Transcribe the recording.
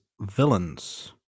villains